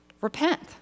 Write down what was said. Repent